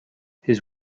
his